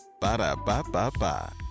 Ba-da-ba-ba-ba